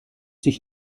dich